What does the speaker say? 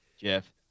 Jeff